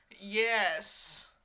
Yes